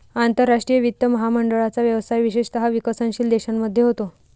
आंतरराष्ट्रीय वित्त महामंडळाचा व्यवसाय विशेषतः विकसनशील देशांमध्ये होतो